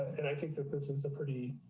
and i think that this is a pretty